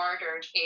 murdered